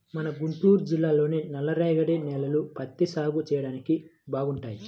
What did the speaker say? మన గుంటూరు జిల్లాలోని నల్లరేగడి నేలలు పత్తి సాగు చెయ్యడానికి బాగుంటాయి